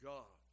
God